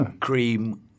Cream